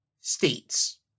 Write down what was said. states